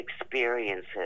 experiences